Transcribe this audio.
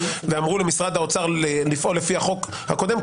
ואמרו למשרד האוצר לפעול לפי החוק הקודם,